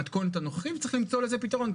במתכונת הנוכחית וצריך למצוא לזה פתרון.